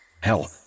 Hell